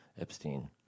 Epstein